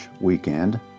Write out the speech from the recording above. weekend